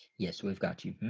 yes we've got you.